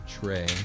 tray